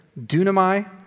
dunamai